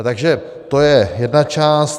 Takže to je jedna část.